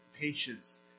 patience